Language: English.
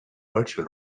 virtual